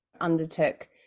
undertook